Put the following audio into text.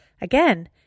Again